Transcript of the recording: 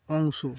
অংশ